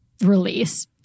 release